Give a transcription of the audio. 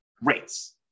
rates